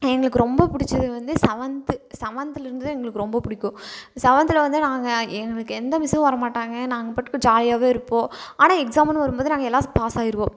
எங்களுக்கு ரொம்ப பிடிச்சது வந்து சவன்த்து சவன்த்துலிருந்து தான் எங்களுக்கு ரொம்ப பிடிக்கும் சவன்த்தில் வந்து நாங்கள் எங்களுக்கு எந்த மிஸ்ஸும் வர மாட்டாங்க நாங்கள் பாட்டுக்கு ஜாலியாகவே இருப்போம் ஆனால் எக்ஸாமுன்னு வரும்போது நாங்கள் எல்லாஸ் பாஸ் ஆயிடுவோம்